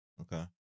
Okay